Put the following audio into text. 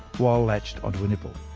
while latched onto a nipple.